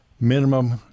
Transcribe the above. minimum